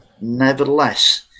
nevertheless